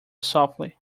softly